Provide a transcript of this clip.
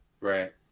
right